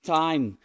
time